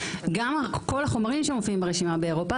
גם כל החומרים שמופיעים ברשימה באירופה